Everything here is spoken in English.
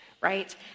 right